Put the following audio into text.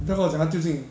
你不要跟我讲他丢进